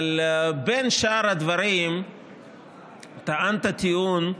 אבל בין שאר הדברים טענת טיעון מעניין,